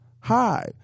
hi